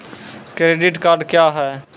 Credit card क्या हैं?